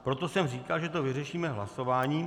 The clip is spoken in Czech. Proto jsem říkal, že to vyřešíme hlasováním.